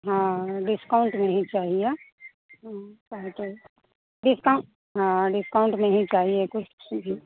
हाँ डिस्काउंट में ही चाहिए कहे तो डिस्काउंट हाँ डिस्काउंट में ही चाहिए कुछ